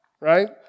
right